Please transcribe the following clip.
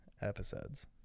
episodes